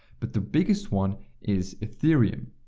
but the biggest one is ethereum.